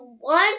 one